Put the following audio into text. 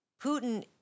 Putin